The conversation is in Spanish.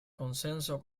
consenso